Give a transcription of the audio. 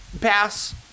Pass